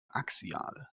axial